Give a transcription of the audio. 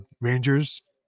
Rangers